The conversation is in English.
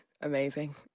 amazing